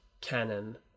canon